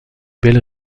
belle